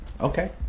okay